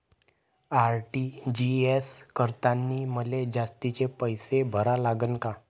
RTGS करतांनी मले जास्तीचे पैसे भरा लागन का?